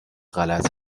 غلط